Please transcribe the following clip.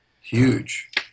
Huge